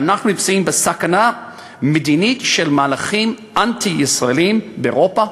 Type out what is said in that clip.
ואנחנו נמצאים בסכנה מדינית של מהלכים אנטי-ישראליים באירופה,